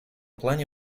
плане